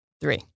three